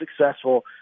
successful